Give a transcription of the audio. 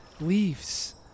leaves